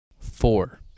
Four